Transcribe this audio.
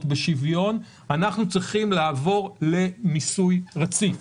בשוויון אנחנו צריכים לעבור למיסוי רציף.